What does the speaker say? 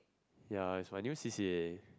ya is my new C_C_A